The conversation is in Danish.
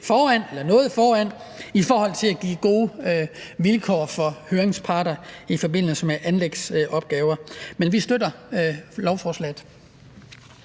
faktisk været noget foran i forhold til at give gode vilkår for høringsparter i forbindelse med anlægsopgaver. Vi støtter lovforslaget.